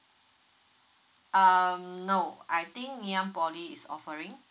um no I think ngee ann poly is offering